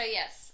yes